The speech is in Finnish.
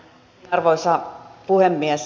arvoisa puhemies